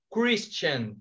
Christian